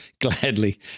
gladly